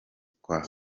kwa